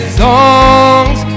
songs